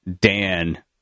Dan